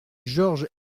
georges